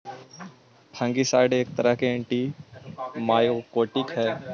fungicide एक तरह के एंटिमाइकोटिक हई